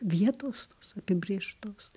vietos tos apibrėžtos